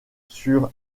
sur